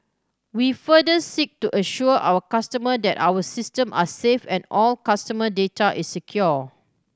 we further seek to assure our customer that our system are safe and all customer data is secure